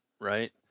right